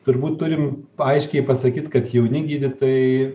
turbūt turim aiškiai pasakyt kad jauni gydytojai